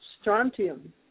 Strontium